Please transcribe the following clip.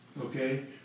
Okay